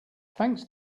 thanks